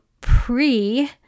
pre